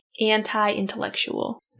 anti-intellectual